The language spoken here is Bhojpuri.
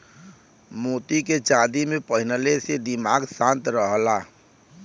मोती के चांदी में पहिनले से दिमाग शांत रहला